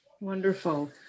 Wonderful